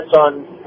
on